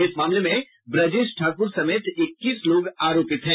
इस मामले में ब्रजेश ठाकुर समेत इक्कीस लोग आरोपित हैं